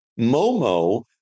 Momo